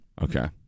Okay